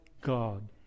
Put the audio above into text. God